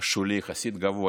שולי יחסית גבוה,